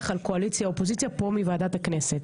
על קואליציה ואופוזיציה פה מוועדת הכנסת.